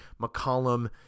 McCollum